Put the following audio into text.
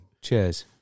Cheers